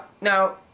now